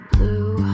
Blue